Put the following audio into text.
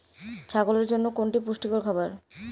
ছাগলের জন্য কোনটি পুষ্টিকর খাবার?